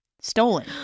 stolen